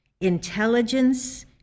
intelligence